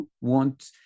want